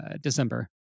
December